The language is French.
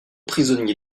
prisonnier